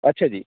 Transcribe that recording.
ਅੱਛਾ ਜੀ